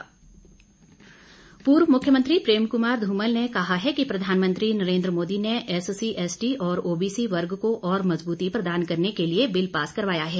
धुमल पूर्व मुख्यमंत्री प्रेम कुमार ध्रमल ने कहा है कि प्रधानमंत्री नरेन्द्र मोदी ने एससीएसटी और ओबी सी वर्ग को और मजबूती प्रदान करने के लिए बिल पास करवाया है